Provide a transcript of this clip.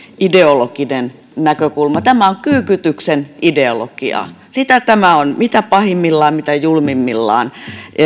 ideologinen näkökulma tämä on kyykytyksen ideologiaa sitä tämä on mitä pahimmillaan mitä julmimmillaan